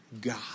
God